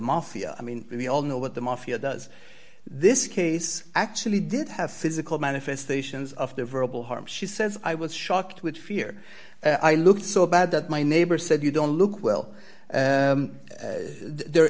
mafia i mean we all know what the mafia does this case actually did have physical manifestations of their verbal harm she says i was shocked with fear i looked so bad that my neighbor said you don't look well